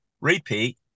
repeat